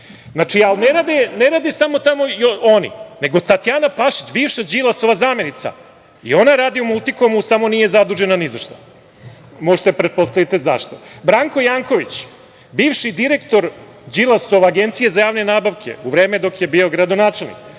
za pljačku. Ne rade tamo samo oni, nego i Tatjana Pašić, bivša Đilasova zamenica. I ona radi u „Multikomu“ samo nije zadužena nizašta. Možete pretpostaviti zašto. Branko Janković, bivši direktor Đilasove agencije za javne nabavke u vreme dok je bio gradonačelnik